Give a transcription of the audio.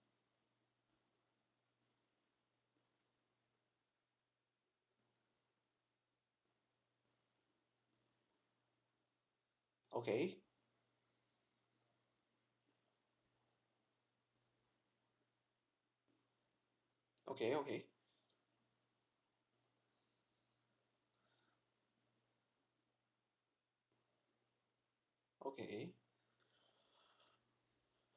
okay okay okay okay